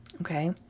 Okay